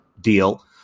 deal